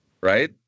right